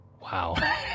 Wow